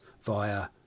via